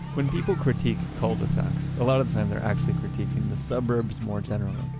when people critique cul-de-sacs, a lot of the time, they're actually critiquing the suburbs more generally.